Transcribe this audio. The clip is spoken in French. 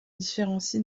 différencie